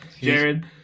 Jared